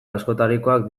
askotarikoak